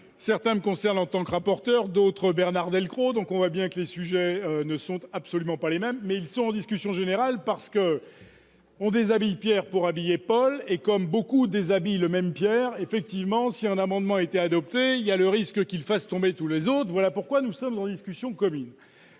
certains me concerne en tant que rapporteur d'autres : Bernard Delcros, donc on voit bien que les sujets ne sont absolument pas les mêmes, mais ils sont en discussion générale parce que. On déshabille Pierre pour habiller Paul, et comme beaucoup des habits le même Pierre effectivement si un amendement a été adopté il y a le risque qu'il fasse tomber tous les autres, voilà pourquoi nous sommes en discussion commune,